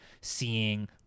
seeing